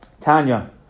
Tanya